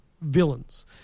villains